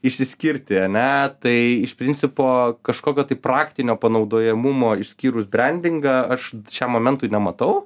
išsiskirti ane tai iš principo kažkokio tai praktinio panaudojamumo išskyrus brendingą aš šiam momentui nematau